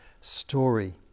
story